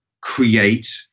create